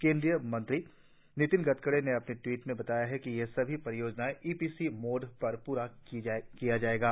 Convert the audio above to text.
केंद्रीय मंत्री नितिन गडकरी ने अपने ट्वीट में बताया कि यह सभी परियोजनाएं ई पी सी मोड़ में पूरी की जाएंगी